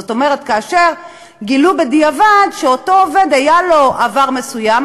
זאת אומרת כאשר גילו בדיעבד שלאותו עובד היה עבר מסוים,